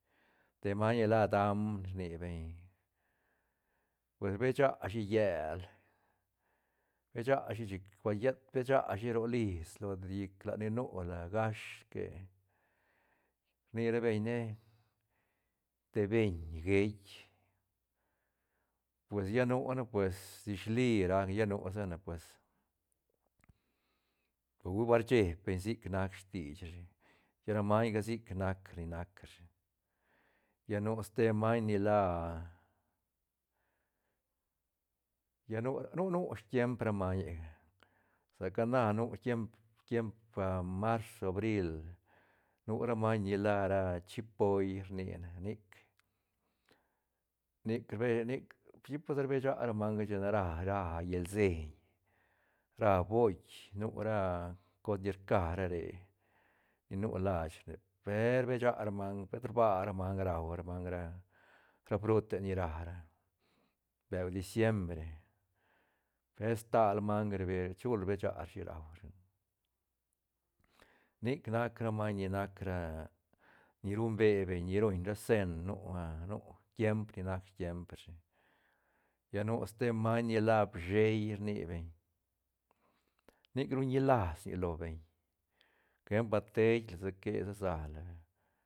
Ta maiñ ni la dam rni beñ pues rbe shashi llel rbe shashi chic bal llet be shashi ro lisla o llic lat ni nula gash que rni ra beñ ne te beñ geitk pues lla nu ne pues dish li rac lla nu sane pues pe hui ba rcheeb beñ sic nac stich rashi lla ra maiñga sic nac ni nac rashi lla nu ste maiñ ni la lla nu, nu- nu tiemp ra mañega sa ca na nu tiemp- tiemp ah marzo abril nu ra maiñ ni la ra chipoui rni ne nic- nic rbe nic chipasa rbesha ra manga china ra- ra llalseiñ ra boit nura cos ni rca ra re ni nu lachne re per rbe ra manga pet rba ra manga rui ra manga ra frute ni rara beu diciembre per stal manga rbe chul rbe sharashi rau rashi nic nac ra maiñ ni nac ra ni rumbe beñ ni ruñ ra sen nua nu tiemp ni nac tiemp ra shi lla nu ste maiñ ni la bisheiy rni beñ nic ruñ ñilas nic lo beñ ejempl bal teila sique se sa la